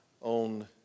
on